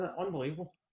Unbelievable